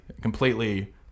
Completely